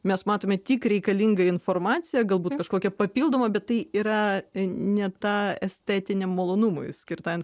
mes matome tik reikalingą informaciją galbūt kažkokią papildomą bet tai yra ne tą estetinį malonumui skirtą